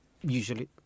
usually